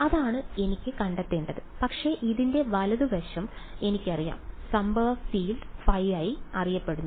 അതാണ് എനിക്ക് കണ്ടെത്തേണ്ടത് പക്ഷേ ഇതിന്റെ വലതു വശം എനിക്കറിയാം സംഭവ ഫീൽഡ് ϕi അറിയപ്പെടുന്നു